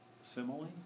simile